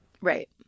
right